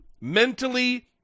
mentally